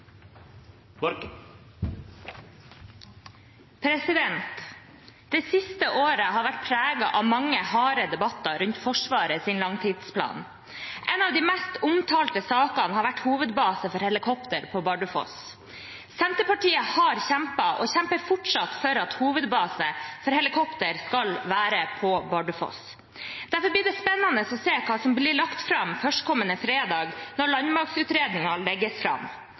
trua! Det siste året har vært preget av mange harde debatter rundt Forsvarets langtidsplan. En av de mest omtalte sakene har vært hovedbase for helikopter på Bardufoss. Senterpartiet har kjempet og kjemper fortsatt for at hovedbasen for helikopter skal være på Bardufoss. Derfor blir det spennende å se hva som blir lagt fram førstkommende fredag når landmaktutredningen legges fram.